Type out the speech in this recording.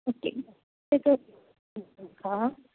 okay